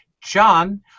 John